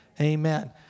Amen